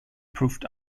proved